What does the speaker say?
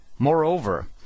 Moreover